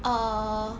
err